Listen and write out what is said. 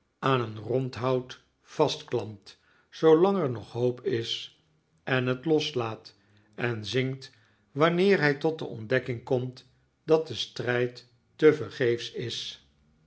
aan een rondhout vastklampt zoolang er nog hoop is en het loslaat en zinkt wanneer hij tot de ontdekking komt dat de strijd tevergeefs is